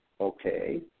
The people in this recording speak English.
Okay